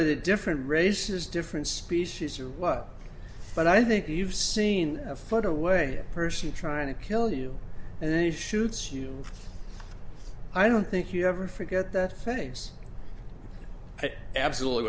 know the different races different species or what but i think you've seen a foot away person trying to kill you and then a shoots you i don't think you ever forget that face absolutely